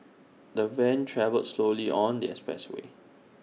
the van travelled slowly on the expressway